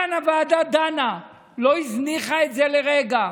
כאן הוועדה דנה ולא הזניחה את זה לרגע.